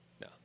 No